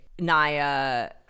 Naya